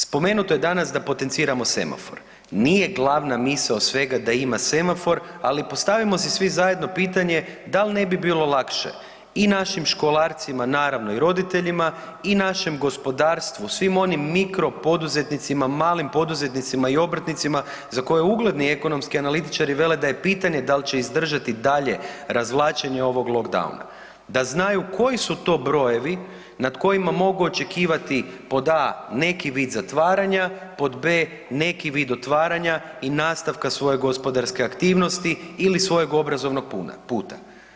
Spomenuto je danas da potenciramo semafor, nije glavna misao svega da ima semafor, ali postavimo si svi zajedno pitanje, da li ne bi bilo lakše i našim školarcima naravno i roditeljima i našem gospodarstvu svim onim mikropoduzetnicima, malim poduzetnicima i obrtnicima za koje ugledni ekonomski analitičari vele da je pitanje da li će izdržati dalje razvlačenje ovog lockdowna, da znaju koji su to brojevi nad kojima mogu očekivati pod a) neki vid zatvaranja, pod b) neki vid otvaranja i nastavka svoje gospodarske aktivnosti ili svojeg obrazovnog puta.